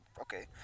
okay